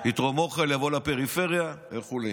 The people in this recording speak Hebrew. יתרום אוכל, יבוא לפריפריה וכו'.